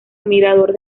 mirador